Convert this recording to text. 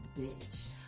Bitch